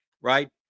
right